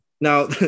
now